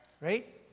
right